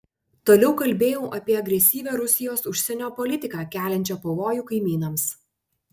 toliau kalbėjau apie agresyvią rusijos užsienio politiką keliančią pavojų kaimynams